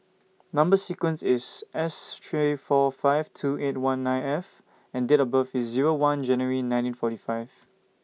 Number sequence IS S three four five two eight one nine F and Date of birth IS Zero one January nineteen forty five